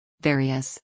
Various